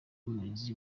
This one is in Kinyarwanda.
muhizi